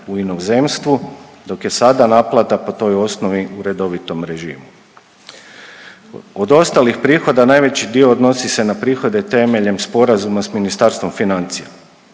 u inozemstvu dok je sada naplata po toj osnovi u redovitom režimu. Od ostalih prihoda najveći dio odnosi se na prihode temeljem sporazuma s Ministarstvom financija